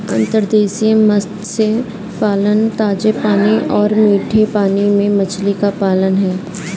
अंतर्देशीय मत्स्य पालन ताजे पानी और मीठे पानी में मछली का पालन है